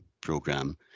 program